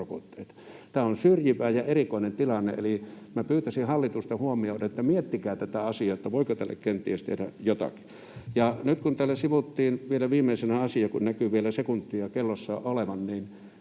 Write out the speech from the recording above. Tämä on syrjivä ja erikoinen tilanne, eli pyytäisin hallitusta huomioimaan tätä asiaa ja miettimään, voiko tälle kenties tehdä jotakin. Vielä viimeisenä asiana, kun näkyy vielä sekunteja kellossa olevan: Me